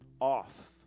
off